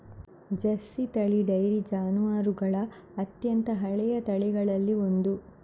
Jersey ತಳಿ dairy ಜಾನುವಾರುಗಳ ಅತ್ಯಂತ ಹಳೆಯ ತಳಿಗಳಲ್ಲಿ ಒಂದು